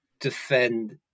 defend